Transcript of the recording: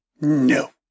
No